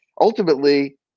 ultimately